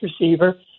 receiver